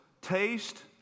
taste